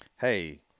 Hey